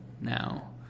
now